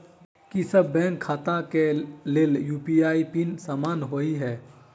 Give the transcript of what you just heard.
की सभ बैंक खाता केँ लेल यु.पी.आई पिन समान होइ है?